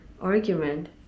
argument